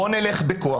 בוא נלך בכוח.